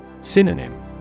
Synonym